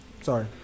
Sorry